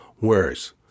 worse